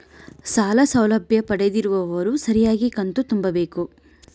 ಸಾಲ ಸೌಲಭ್ಯ ಪಡೆದಿರುವವರು ಸರಿಯಾಗಿ ಕಂತು ತುಂಬಬೇಕು?